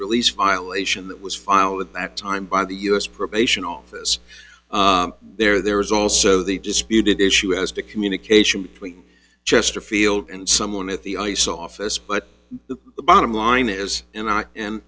release violation that was filed at that time by the u s probation office there there was also the disputed issue as to communication between chesterfield and someone at the ice office but the bottom line is and i and